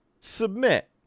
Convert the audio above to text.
submit